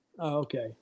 Okay